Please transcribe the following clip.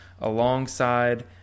alongside